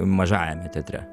mažajame teatre